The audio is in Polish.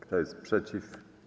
Kto jest przeciw?